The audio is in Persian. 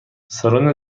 سالن